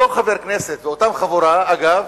אותו חבר כנסת ואותה חבורה, אגב,